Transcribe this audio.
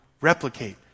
replicate